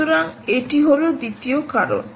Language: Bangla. সুতরাং এটি হলো দ্বিতীয় কারণ